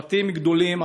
צוותים גדולים,